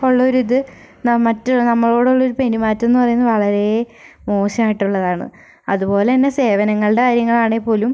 ഉള്ള ഒരിത് മറ്റ് നമ്മളോടുള്ള ഒരു പെരുമാറ്റം എന്ന് പറയുന്നത് വളരെ മോശമായിട്ടുള്ളതാണ് അതുപോലെ തന്നെ സേവനങ്ങളുടെ കാര്യങ്ങളാണെങ്കിൽ പോലും